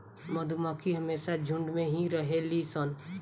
मधुमक्खी हमेशा झुण्ड में ही रहेली सन